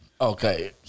Okay